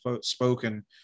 spoken